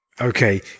okay